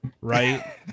right